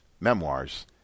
memoirs